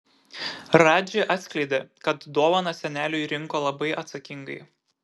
radži atskleidė kad dovaną seneliui rinko labai atsakingai